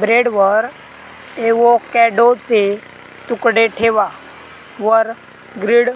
ब्रेडवर एवोकॅडोचे तुकडे ठेवा वर ग्रील्ड